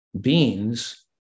beans